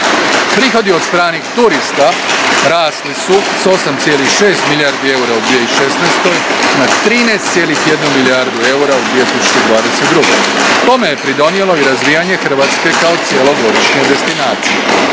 Prihodi od stranih turista rasli su s 8,6 milijardi eura u 2016. na 13,1 milijardu eura u 2022. Tome je pridonijelo i razvijanje Hrvatske kao cjelogodišnje destinacije.